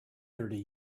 thirty